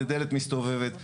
ודלת מסתובבת ומגיעים.